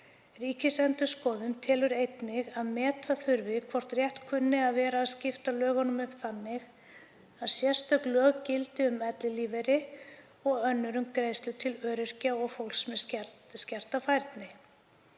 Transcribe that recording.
Ríkisendurskoðun telur einnig að meta þurfi hvort rétt kunni að vera að skipta lögunum upp þannig að sérstök lög gildi um ellilífeyri og önnur um greiðslur til öryrkja og fólks með skerta færni.